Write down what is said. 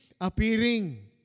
appearing